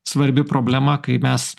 svarbi problema kai mes